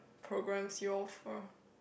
programs you offer